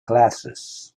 classes